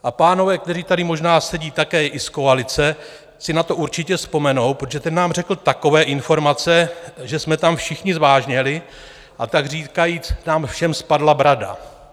A pánové, kteří tady možná sedí i z koalice, si na to určitě vzpomenou, protože ten nám řekl takové informace, že jsme tam všichni zvážněli a takříkajíc nám všem spadla brada.